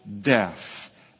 death